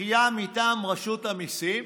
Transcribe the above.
דחייה מטעם רשות המיסים,